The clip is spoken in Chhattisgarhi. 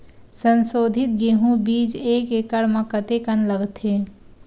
संसोधित गेहूं बीज एक एकड़ म कतेकन लगथे?